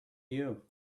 you